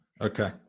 Okay